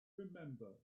remember